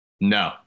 No